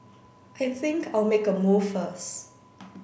I think I'll make a move first